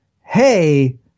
Hey